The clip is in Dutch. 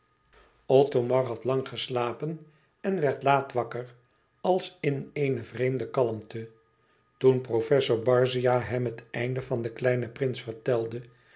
othomar had lang geslapen en werd laat wakker als in eene vreemde kalmte toen professor barzia hem het einde van den kleinen prins vertelde